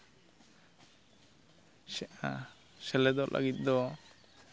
ᱥᱮᱞᱮᱫᱚᱜ ᱞᱟᱹᱜᱤᱫ ᱫᱚ